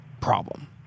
problem